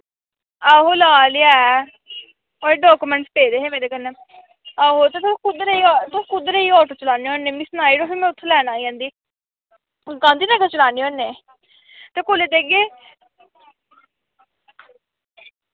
आहो लाल ऐ ओह्दे डाकूमैंट्स पेदे हे मेरे कन्नै आहो ते तुस कुद्धर जेही ओ तुस कुद्धर जेही आटो चलान्ने होन्ने मी सनाई ओड़ो फ्ही में उत्थै लैन आई जन्दी तुस गांधीनगर चलान्ने होन्ने ते कुल्लै देगे